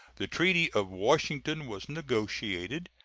the treaty of washington was negotiated,